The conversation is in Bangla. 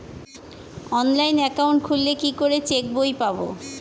অনলাইন একাউন্ট খুললে কি করে চেক বই পাব?